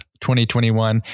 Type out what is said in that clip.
2021